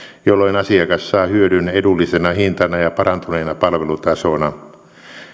jolloin asiakas saa hyödyn edullisena hintana ja parantuneena palvelutasona